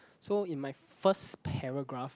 so in my first paragraph